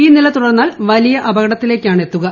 ഈ നില തുടർന്നാൽ വലിയ അപകടത്തിലേക്കാണ് എത്തുക